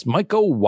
Michael